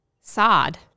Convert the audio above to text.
sod